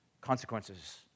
consequences